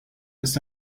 ist